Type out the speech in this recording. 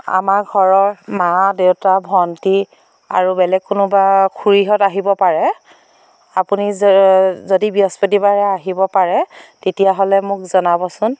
আমাৰ ঘৰৰ মা দেউতা ভন্টী আৰু বেলেগ কোনোবা খুড়ীহঁত আহিব পাৰে আপুনি যদি বৃহস্পতি বাৰে আহিব পাৰে তেতিয়া হ'লে মোক জনাবচোন